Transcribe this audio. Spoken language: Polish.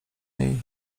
niej